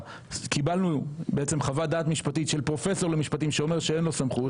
קיבלנו חוות דעת משפטית של פרופסור למשפטים שאומר שאין לו סמכות.